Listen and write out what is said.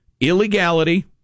illegality